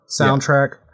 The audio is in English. soundtrack